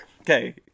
Okay